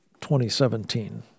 2017